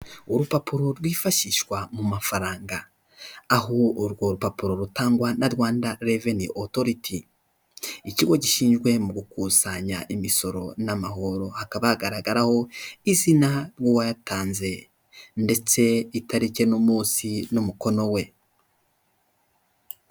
Urupapuro rwifashishwa mu mafaranga aho urwo rupapuro rutangwa na rwanda reveni otoriti, ikigo gishinzwe mu gukusanya imisoro n'amahoro, hakaba hagaragaraho izina ry'uwayatanze ndetse itariki n'umunsi n'umukono we.